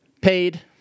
Paid